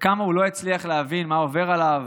וכמה הוא לא הצליח להבין מה עובר עליו,